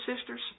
sisters